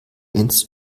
ins